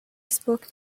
spoke